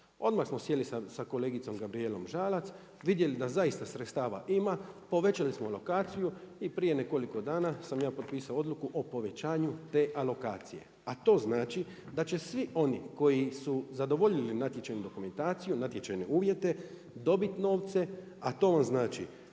Odmah smo sjeli sa kolegicom Gabrijelom Žalac, vidjeli da zaista sredstava ima, povećali smo lokaciju i prije nekoliko dana sam ja potpisao Odluku o povećanju te alokacije, a to znači da će svi oni koji su zadovoljili natječajnu dokumentaciju, natječajne uvjete dobit novce, a to vam znači